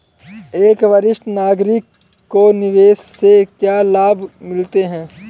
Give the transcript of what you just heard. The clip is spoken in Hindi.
एक वरिष्ठ नागरिक को निवेश से क्या लाभ मिलते हैं?